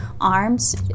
arms